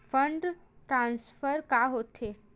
Fund transfer का होथे?